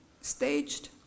staged